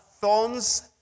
thorns